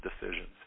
decisions